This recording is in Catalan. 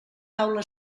taula